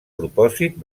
propòsit